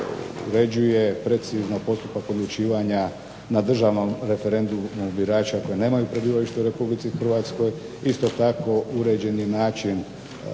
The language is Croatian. uređuje precizno postupak odlučivanja na državnom referendumu birača koji nemaju prebivalište u Republici Hrvatskoj, isto tako uređen je način